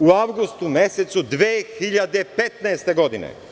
u avgustu mesecu 2015. godine.